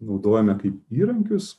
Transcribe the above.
naudojame kaip įrankius